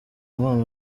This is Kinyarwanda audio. mpano